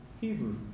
Hebrew